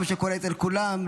כמו שקורה אצל כולם,